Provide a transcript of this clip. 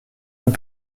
vous